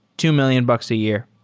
two mil lion bucks a year.